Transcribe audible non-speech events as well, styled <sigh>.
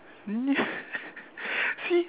<laughs>